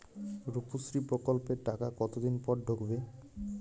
রুপশ্রী প্রকল্পের টাকা কতদিন পর ঢুকবে?